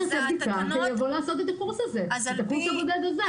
שיעשה בדיקה ויבוא לעשות את הקורס הבודד הזה,